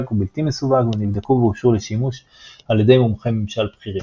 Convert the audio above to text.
ובלתי מסווג ונבדקו ואושרו לשימוש על ידי מומחי ממשל בכירים.